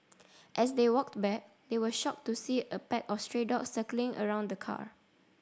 as they walked back they were shocked to see a pack of stray dogs circling around the car